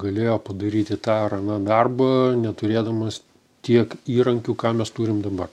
galėjo padaryti tą ar aną darbą neturėdamas tiek įrankių ką mes turim dabar